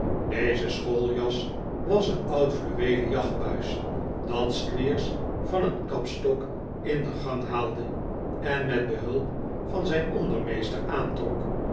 deze schooljas was een oud fluweelen jachtbuis dat squeers van een kapstok in de gang haalde en met behulp van zijn ondermeester aantrok